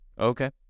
Okay